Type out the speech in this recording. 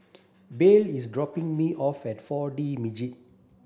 Beryl is dropping me off at four D Magix